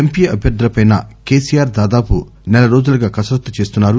MP అభ్యర్గులపై కెసిఆర్ దాదాపు నెలరోజులుగా కసరత్తు చేస్తున్నారు